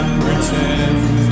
pretend